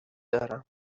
دارم